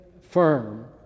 firm